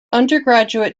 undergraduate